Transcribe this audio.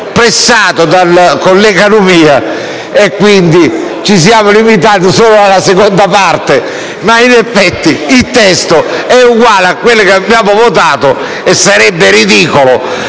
pressato dal collega Lumia e, quindi, ci siamo limitati solo alla seconda parte. Ma, in effetti, il testo è uguale a quello che abbiamo già votato e sarebbe ridicolo